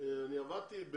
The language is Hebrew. אני עבדתי,